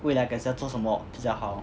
未来改次要做什么比较好要